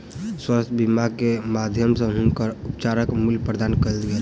स्वास्थ्य बीमा के माध्यम सॅ हुनकर उपचारक मूल्य प्रदान कय देल गेल